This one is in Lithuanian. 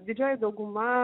didžioji dauguma